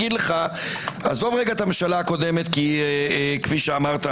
עזוב את הממשלה הקודמת כי כפי שאמרת,